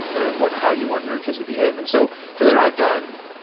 right, how you want your kids to behave, and so something i've done,